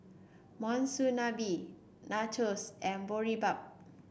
Monsunabe Nachos and Boribap